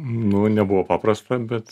nu nebuvo paprasta bet